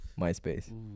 MySpace